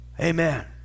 Amen